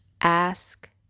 Ask